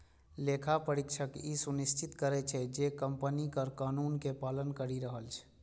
लेखा परीक्षक ई सुनिश्चित करै छै, जे कंपनी कर कानून के पालन करि रहल छै